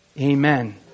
Amen